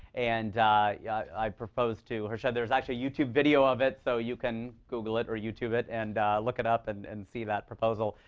and yeah i proposed to harsha. there's actually a youtube video of it, so you can google it or youtube it, and look it up, and and see that proposal,